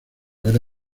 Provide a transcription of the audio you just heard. ver